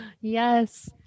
yes